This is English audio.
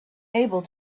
unable